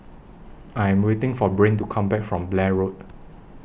I Am waiting For Brain to Come Back from Blair Road